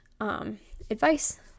advice